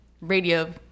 radio